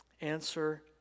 Answer